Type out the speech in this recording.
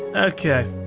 okay.